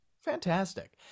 Fantastic